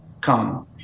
come